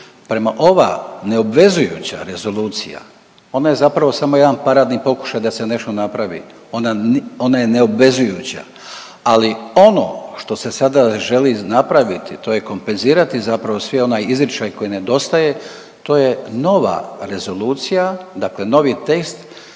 Prema ova neobvezujuća rezolucija ona je zapravo samo jedan paradni pokušaj da se nešto napravi, ona ni…, ona je neobvezujuća, ali ono što se sada želi napraviti to je kompenzirati zapravo svi onaj izričaj koji nedostaje, to je nova rezolucija, dakle novi tekst